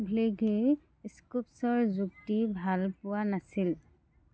ভ্লিগে স্কুফছৰ যুক্তি ভাল পোৱা নাছিল